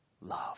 love